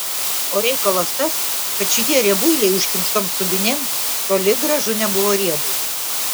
o reikalas tas kad šitie riebuiliai užkimštom subinėm toli gražu nebuvo riebūs